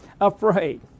afraid